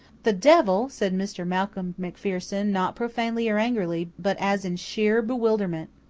the devil! said mr. malcolm macpherson not profanely or angrily, but as in sheer bewilderment.